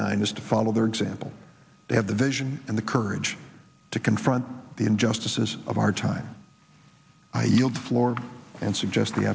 nine is to follow their example they have the vision and the courage to confront the injustices of our time i yield the floor and suggest